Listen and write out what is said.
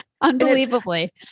Unbelievably